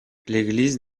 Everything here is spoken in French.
l’église